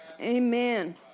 Amen